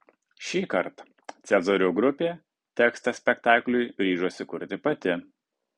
šįkart cezario grupė tekstą spektakliui ryžosi kurti pati